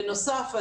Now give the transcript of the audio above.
בנוסף,